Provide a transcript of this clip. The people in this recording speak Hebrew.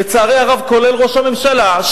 לצערי הרב כולל ראש הממשלה,